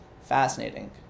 Fascinating